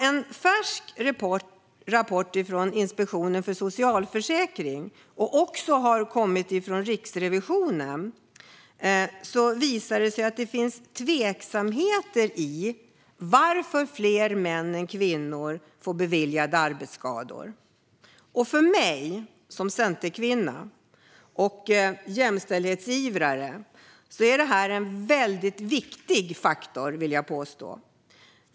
En färsk rapport från Inspektionen för socialförsäkringen - detta har också kommit från Riksrevisionen - visar att det finns tveksamheter när det gäller varför fler män än kvinnor får beviljade arbetsskadeanmälningar. För mig som centerkvinna och jämställdhetsivrare är det här en väldigt viktig faktor, vill jag påstå.